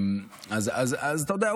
אתה יודע,